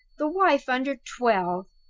the wife under twelve!